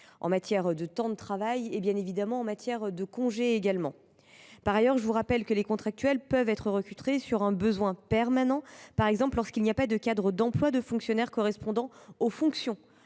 en matière de temps de travail et de congés. Par ailleurs, je vous rappelle que les contractuels peuvent être recrutés pour un besoin permanent, par exemple lorsqu’il n’existe pas de cadre d’emploi de fonctionnaire correspondant aux fonctions